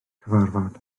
cyfarfod